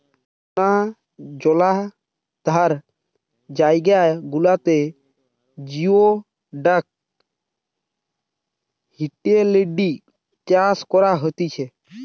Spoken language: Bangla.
নোনা জলাধার জায়গা গুলাতে জিওডাক হিটেলিডি চাষ করা হতিছে